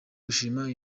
gushima